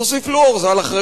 תוסיף פלואור, זה על אחריותך.